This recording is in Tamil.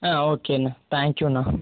ஓகே அண்ணா தேங்க் யூ அண்ணா